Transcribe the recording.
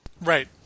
Right